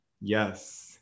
Yes